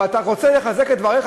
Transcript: אבל אתה רוצה לחזק את דבריך,